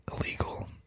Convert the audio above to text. illegal